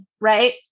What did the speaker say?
right